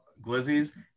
Glizzy's